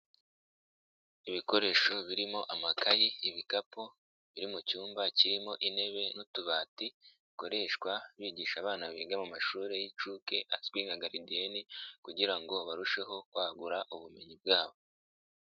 Ibikoresho birimo amakayi, ibikapu, biri mu cyumba kirimo intebe n'utubati, bikoreshwa bigisha abana biga mu mashuri y'inshuke azwi nka garidini, kugira ng barusheho kwagura ubumenyi bwabo.